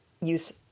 use